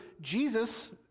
Jesus